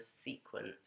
sequence